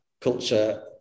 culture